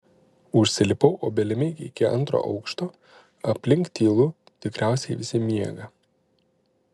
užsilipau obelimi iki antro aukšto aplink tylu tikriausiai visi miega